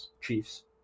Chiefs